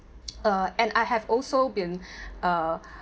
uh and I have also been uh